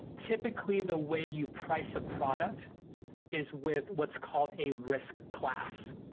typically the way you price a product is with what's called a risk class.